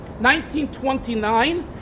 1929